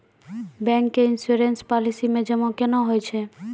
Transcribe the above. Bank के insurance policy मे जमा केना होय छै?